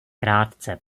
krátce